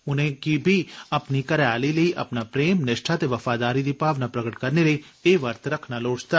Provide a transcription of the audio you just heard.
उनेंगी बी अपनी घरै आली लेई अपना प्रेम निष्ठा ते वफादारी दी भावना प्रगट करने लेई एह् वर्त रखना लोड़चदा